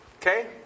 Okay